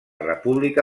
república